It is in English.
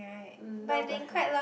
now don't have